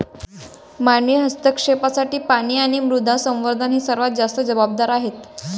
मानवी हस्तक्षेपासाठी पाणी आणि मृदा संवर्धन हे सर्वात जास्त जबाबदार आहेत